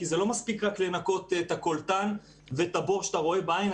כי לא מספיק רק לנקות את הקולטן ואת הבור שאתה רואה בעין,